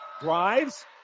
Drives